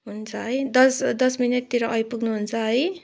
हुन्छ है दस दस मिनटतिर आइपुग्नु हुन्छ है